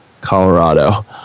Colorado